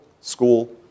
school